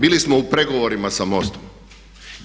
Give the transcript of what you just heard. Bili smo u pregovorima sa MOST-om.